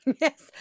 yes